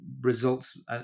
results